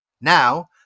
Now